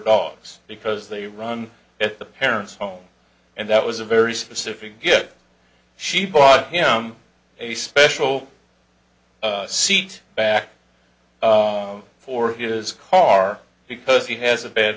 dogs because they run at the parents home and that was a very specific get she bought him a special seat back four years car because he has a bad